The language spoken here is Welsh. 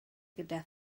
gyda